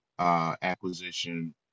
Acquisition